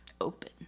open